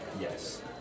Yes